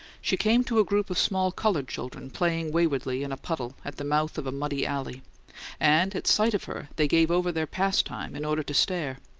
she came to a group of small coloured children playing waywardly in a puddle at the mouth of a muddy alley and at sight of her they gave over their pastime in order to stare.